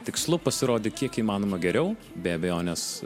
tikslu pasirodė kiek įmanoma geriau be abejonės